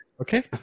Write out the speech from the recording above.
Okay